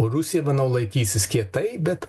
rusija manau laikysis kietai bet